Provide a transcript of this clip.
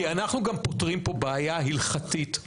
כי אנחנו גם פותרים פה בעיה הלכתית מהותית.